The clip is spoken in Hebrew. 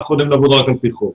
אנחנו יודעים לעבוד רק על פי חוק,